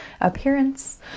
appearance